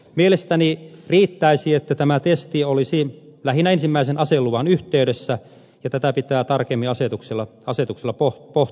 mielestäni riittäisi että tämä testi olisi lähinnä ensimmäisen aseluvan yhteydessä ja tätä pitää tarkemmin asetuksella pohtia